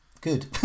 good